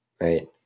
right